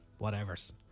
whatevers